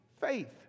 faith